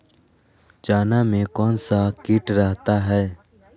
चना में कौन सा किट रहता है?